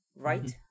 right